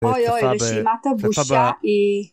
אוי אוי, רשימת הבושה היא